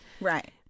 Right